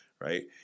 right